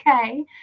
okay